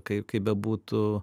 kai kaip bebūtų